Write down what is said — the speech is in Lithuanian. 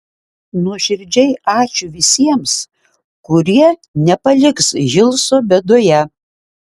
nuoširdžiai ačiū visiems kurie nepaliks hilso bėdoje